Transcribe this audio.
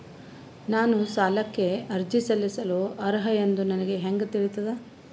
ನಾನು ಸಾಲಕ್ಕೆ ಅರ್ಜಿ ಸಲ್ಲಿಸಲು ಅರ್ಹ ಎಂದು ನನಗೆ ಹೆಂಗ್ ತಿಳಿತದ?